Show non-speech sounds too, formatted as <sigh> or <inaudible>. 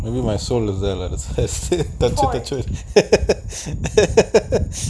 I mean my soul is there lah <laughs> தெச்சு தெச்சு:thechu thechu <laughs>